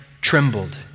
trembled